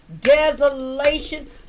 desolation